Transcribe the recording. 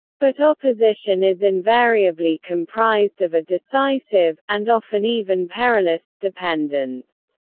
but opposition is invariably comprised of a decisive, and often even perilous, dependence.